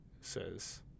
says